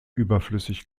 überflüssig